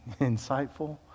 insightful